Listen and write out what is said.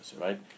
Right